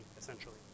essentially